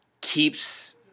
keeps